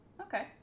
Okay